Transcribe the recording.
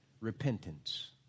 repentance